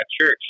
church